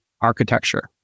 architecture